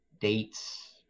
dates